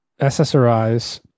SSRIs